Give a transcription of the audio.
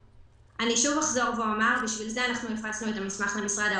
בשביל זה הפצנו את המסמך למשרד האוצר.